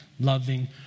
loving